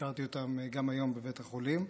שביקרתי אותם גם היום בבית החולים.